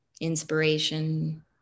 inspiration